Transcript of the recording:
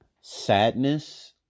sadness